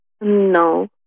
No